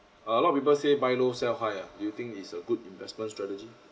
a lot of people say buy low sell high ah do you think is a good investment strategy